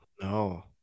No